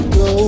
go